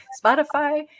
Spotify